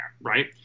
right